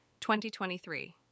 2023